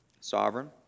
sovereign